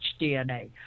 DNA